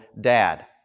dad